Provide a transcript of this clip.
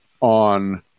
on